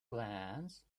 glance